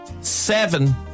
Seven